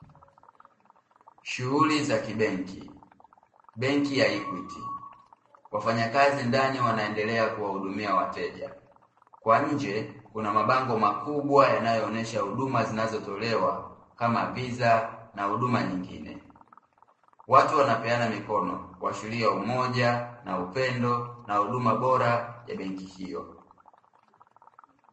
Shughuli za kibenki. Benki ya "EQUITY". Wafanyakazi ndani wanaendelea kuwahudumia wateja. Kwa nje kuna mabango makubwa yanayoonesha huduma zinazotolewa kama visa na huduma nyingine. Watu wanapeana mikono kuashiria umoja na upendo, na huduma bora ya benki hiyo.